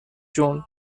جون